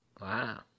Wow